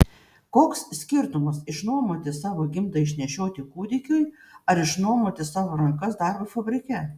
koks skirtumas išnuomoti savo gimdą išnešioti kūdikiui ar išnuomoti savo rankas darbui fabrike